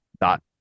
dot